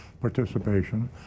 participation